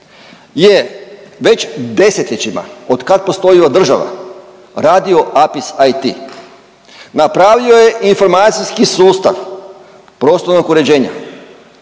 je već desetljećima, od kada postoji ova država radio APIS IT. Napravio je informacijski sustav prostornog uređenja.